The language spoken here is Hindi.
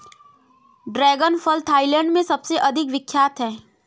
ड्रैगन फल थाईलैंड में सबसे अधिक विख्यात है